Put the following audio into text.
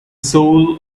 soul